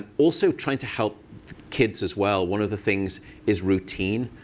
also trying to help kids, as well, one of the things is routine.